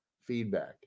feedback